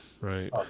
right